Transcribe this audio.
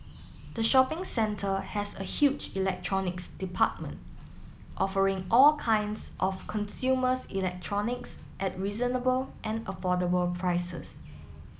the shopping centre has a huge electronics department offering all kinds of consumers electronics at reasonable and affordable prices